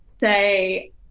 say